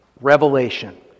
Revelation